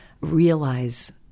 realize